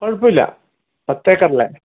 കുഴപ്പം ഇല്ല പത്ത് ഏക്കർ അല്ലേ